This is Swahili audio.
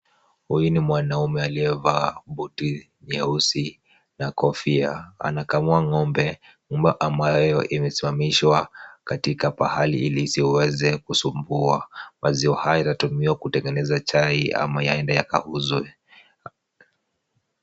Huyu ni mwanaume aliyevaa buti nyeusi na kofia. Anakamua ng'ombe. Ng'ombe ambayo imesimamishwa katika pahali ili isiweze kusumbua. Maziwa hayo yatatumiwa kutengeneza chai, ama yaenda yakauzwe.